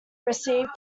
received